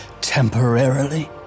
temporarily